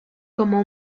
como